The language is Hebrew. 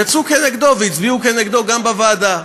יצאו כנגדו והצביעו כנגדו גם בוועדה.